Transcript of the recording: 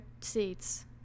seats